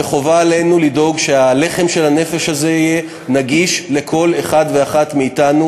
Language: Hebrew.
וחובה עלינו לדאוג שהלחם הזה של הנפש יהיה נגיש לכל אחד ואחת מאתנו.